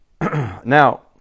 Now